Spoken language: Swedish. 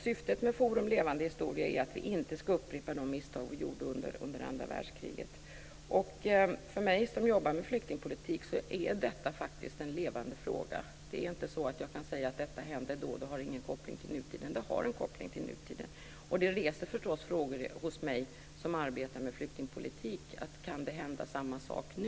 Syftet med Forum Levande historia är att vi inte ska upprepa de misstag som vi gjorde under världskriget. För mig som arbetar med flyktingpolitik är detta en levande fråga. Jag kan ju inte säga att det inte har någon koppling till nutiden, för det har det. Det reser förstås frågor hos mig. Kan det hända samma sak nu?